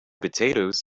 potatoes